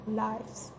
lives